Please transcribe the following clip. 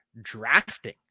drafting